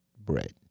Bread